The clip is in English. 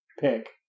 pick